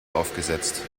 aufgesetzt